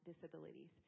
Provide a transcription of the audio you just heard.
disabilities